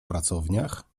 pracowniach